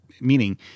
meaning